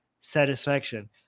satisfaction